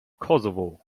kosovo